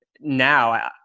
now